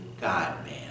God-man